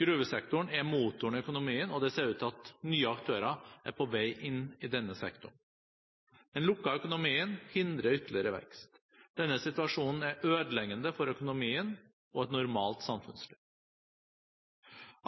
Gruvesektoren er motoren i økonomien, og det ser ut til at nye aktører er på vei inn i denne sektoren. Den lukkede økonomien hindrer ytterligere vekst. Denne situasjonen er ødeleggende for økonomien og et normalt samfunnsliv.